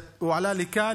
הוא עולה לכאן,